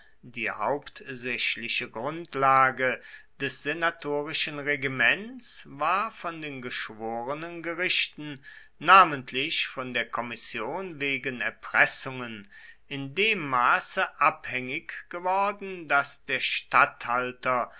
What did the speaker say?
die hauptsächliche grundlage des senatorischen regiments war von den geschworenengerichten namentlich von der kommission wegen erpressungen in dem maße abhängig geworden daß der statthalter